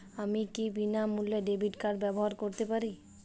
আমি কি বিনামূল্যে ডেবিট কার্ড ব্যাবহার করতে পারি?